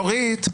אורית,